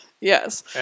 Yes